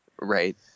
right